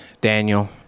Daniel